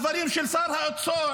הדברים של שר האוצר,